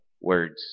words